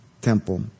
temple